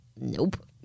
nope